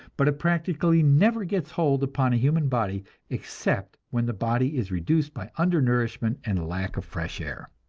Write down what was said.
but it practically never gets hold upon a human body except when the body is reduced by undernourishment and lack of fresh air.